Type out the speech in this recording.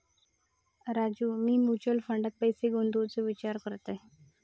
राजू, मी म्युचल फंडात पैसे गुंतवूचो विचार करतय